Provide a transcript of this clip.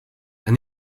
and